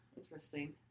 interesting